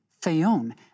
Theon